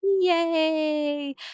Yay